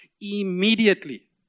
immediately